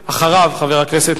חבר הכנסת משה גפני.